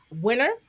winner